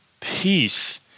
peace